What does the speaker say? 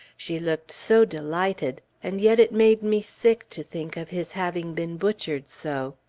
she looked so delighted, and yet it made me sick to think of his having been butchered so.